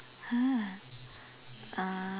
!huh! uh